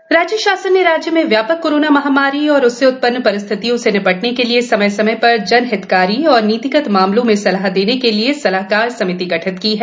सलाहकार समिति गठित राज्य शासन ने राज्य में व्याप्त कोरोना महामारी एवं उससे उत्पन्न परिस्थितियों से निपटने के लिये समय समय पर जन हितकारी एवं नीतिगत मामलों में सलाह देने के लिये सलाहकार समिति गठित की है